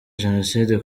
genocide